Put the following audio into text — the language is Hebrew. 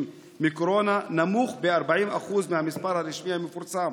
מקורונה נמוך ב-40% מהמספר הרשמי המפורסם.